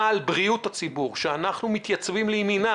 על בריאות הציבור שאנחנו מתייצבים לימינה,